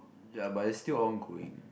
ya but it's still on going